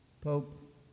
Pope